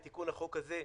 בתיקון לחוק הזה,